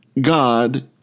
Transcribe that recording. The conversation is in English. God